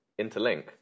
interlink